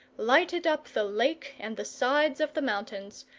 lighted up the lake and the sides of the mountains,